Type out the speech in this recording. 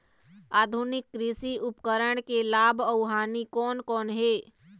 आधुनिक कृषि उपकरण के लाभ अऊ हानि कोन कोन हे?